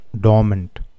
dormant